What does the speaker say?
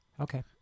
Okay